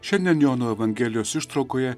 šiandien jono evangelijos ištraukoje